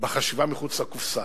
בחשיבה מחוץ לקופסה,